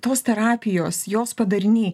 tos terapijos jos padariniai